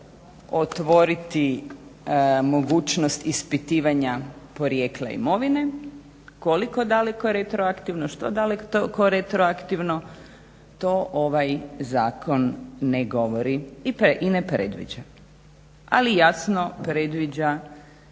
otvoriti mogućnost ispitivanja porijekla imovine koliko daleko retroaktivno, što daleko retroaktivno to ovaj zakon ne govori i ne predviđa. Ali jasno predviđa